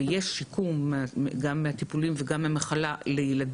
ויש שיקום, גם מהטיפולים וגם מהמחלה זה נושא